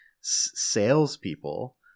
salespeople